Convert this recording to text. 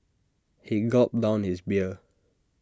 he gulped down his beer